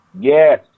Yes